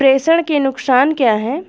प्रेषण के नुकसान क्या हैं?